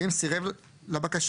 ואם סירב לבקשה,